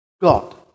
God